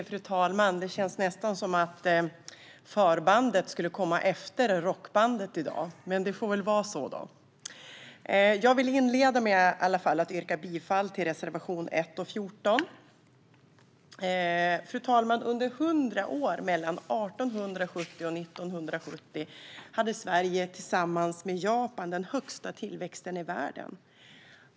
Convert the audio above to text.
Fru talman! Det känns nästan som att förbandet skulle komma efter rockbandet i dag. Men det får väl vara så. Jag vill inleda med att yrka bifall till reservationerna 1 och 14. Under 100 år mellan 1870 och 1970 hade Sverige tillsammans med Japan den högsta tillväxten i världen.